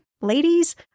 ladies